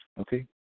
Okay